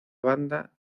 banda